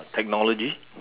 technology